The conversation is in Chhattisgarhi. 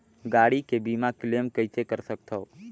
गाड़ी के बीमा क्लेम कइसे कर सकथव?